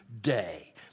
day